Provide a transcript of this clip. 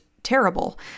Terrible